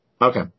Okay